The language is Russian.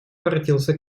воротился